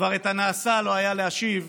את הנעשה כבר לא היה אפשר להשיב,